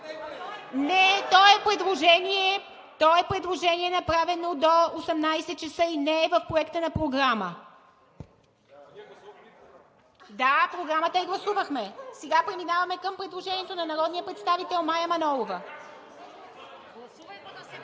Не, то е предложение, направено до 18,00 ч. и не е в Проекта на програма. (Силен шум и реплики.) Да, програмата я гласувахме. Сега преминаваме към предложението на народния представител Мая Манолова.